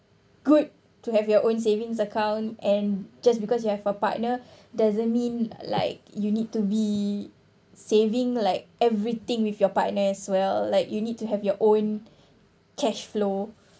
good to have your own savings account and just because you have a partner doesn't mean like you need to be saving like everything with your partner as well like you need to have your own cash flow